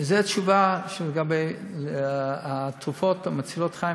זאת התשובה לגבי התרופות מצילות החיים